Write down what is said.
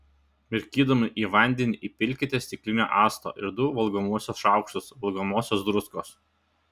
mirkydami į vandenį įpilkite stiklinę acto ir du valgomuosius šaukštus valgomosios druskos